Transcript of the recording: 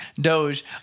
Doge